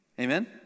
Amen